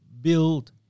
build